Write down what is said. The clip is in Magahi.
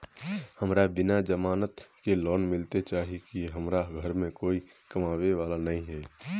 हमरा बिना जमानत के लोन मिलते चाँह की हमरा घर में कोई कमाबये वाला नय है?